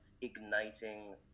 igniting